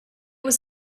was